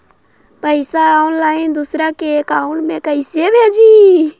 पैसा ऑनलाइन दूसरा के अकाउंट में कैसे भेजी?